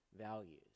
values